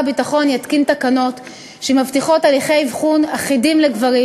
הביטחון יתקין תקנות שמבטיחות הליכי אבחון אחידים לגברים